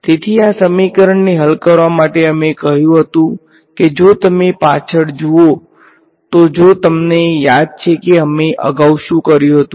તેથી આ સમીકરણને ઉકેલવા માટે અમે કહ્યું હતું કે જો તમે પાછળ જુઓ તો જો તમને યાદ છે કે અમે અગાઉ શું કર્યું હતું